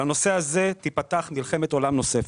על הנושא הזה תיפתח מלחמת עולם נוספת.